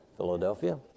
Philadelphia